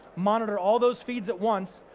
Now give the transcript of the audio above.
monitor all those feeds at once,